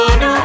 no